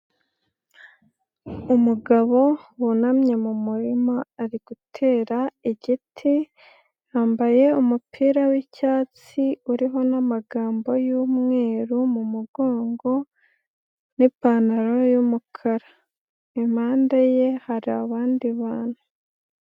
Umugabo wunamye mu murima ari gutera igiti, yambaye umupira w'icyatsi uriho n'amagambo y'umweru mu mugongo, n'ipantaro y'umukara. Impanda ye hari abandi bantu.